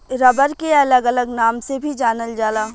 rubber के अलग अलग नाम से भी जानल जाला